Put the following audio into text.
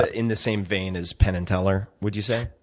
ah in the same vein as penn and teller, would you say?